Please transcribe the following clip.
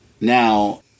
Now